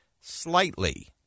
slightly